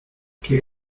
qué